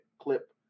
clip